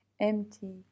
empty